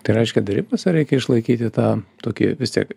tai reiškia derybose reikia išlaikyti tą tokį vis tiek